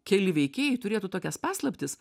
keli veikėjai turėtų tokias paslaptis